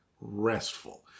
restful